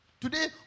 Today